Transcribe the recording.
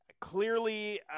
Clearly